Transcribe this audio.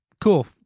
cool